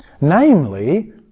Namely